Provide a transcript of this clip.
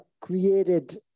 created